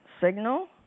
signal